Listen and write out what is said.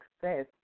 success